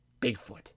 Bigfoot